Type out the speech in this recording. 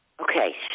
Okay